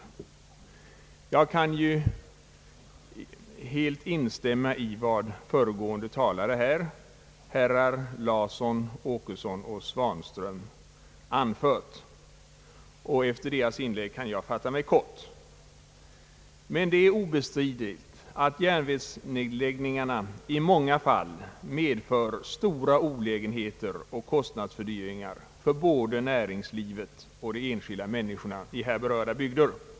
Inledningsvis kan jag helt instämma i vad herrar Larsson, Åkesson och Svanström anfört, och efter deras inlägg fatta mig kort. Det är obestridligt att järnvägsnedläggningarna i många fall medför stora olägenheter och fördyringar för både näringslivet och de enskilda människorna i de berörda bygderna.